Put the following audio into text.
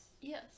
Yes